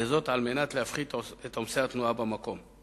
וזאת על מנת להפחית את עומסי התנועה במקום.